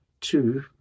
Two